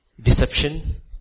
Deception